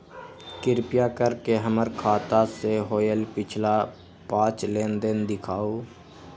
कृपा कर के हमर खाता से होयल पिछला पांच लेनदेन दिखाउ